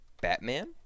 Batman